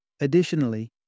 Additionally